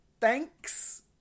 thanks